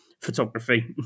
photography